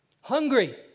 Hungry